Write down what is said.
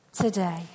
today